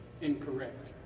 incorrect